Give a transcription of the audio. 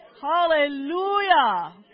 Hallelujah